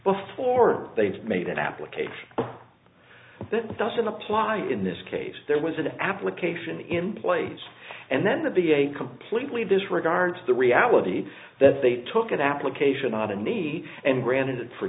before they've made that application that doesn't apply in this case there was an application in place and then that the a completely disregards the reality that they took an application on a need and granted it for